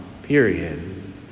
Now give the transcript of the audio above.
period